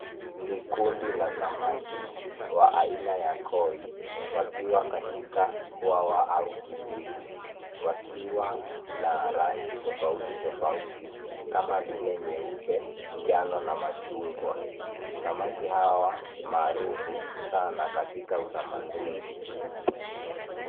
Ni kundi la samaki, wa aina ya koi, wakiwa katika bwawa au kidimbwi. Wakiwa na rangi tofauti tofauti, kama vile nyeupe, njano na machungwa. Samaki hawa maarufu sana ,katika utamaduni.